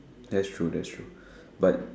that's true that's true but